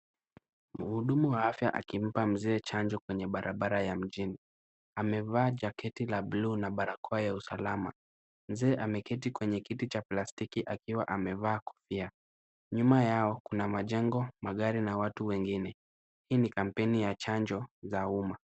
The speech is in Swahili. Muhudumu wa afya akimpa mzee chanjo kwenye barabara ja mjini amevaa jaketi ya bluu na barakoa ya usalama, plastiki akiwa amevaa kofia, nyuma yao kuna majengo, magari na watu wengine. Hii ni kampeni ya chanjo la umma.